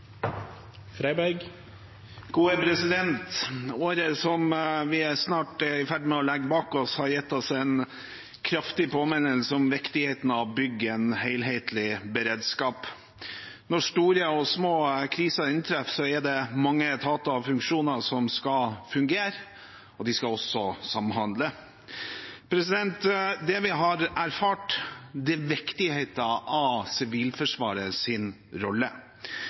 i ferd med å legge bak oss, har gitt oss en kraftig påminnelse om viktigheten av å bygge en helhetlig beredskap. Når store og små kriser inntreffer, er det mange etater og funksjoner som skal fungere, og de skal også samhandle. Det vi har erfart, er viktigheten av Sivilforsvarets rolle. Sivilforsvaret